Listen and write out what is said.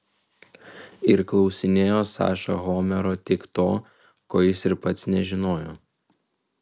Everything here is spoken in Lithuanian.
ir klausinėjo saša homero tik to ko jis ir pats nežinojo